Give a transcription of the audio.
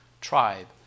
tribe